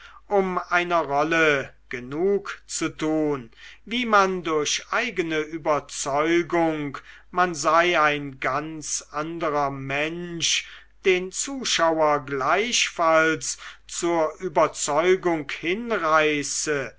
um einer rolle genugzutun wie man durch eigene überzeugung man sei ein ganz anderer mensch den zuschauer gleichfalls zur überzeugung hinreiße